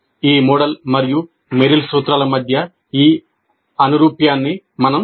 ఈ మోడల్ మరియు మెరిల్ సూత్రాల మధ్య ఈ అనురూప్యాన్ని మనం చూడాలి